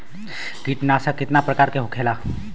कीटनाशक कितना प्रकार के होखेला?